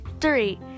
Three